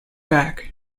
back